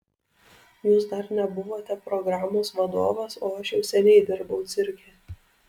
jūs dar nebuvote programos vadovas o aš jau seniai dirbau cirke